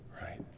right